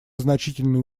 значительные